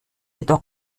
jedoch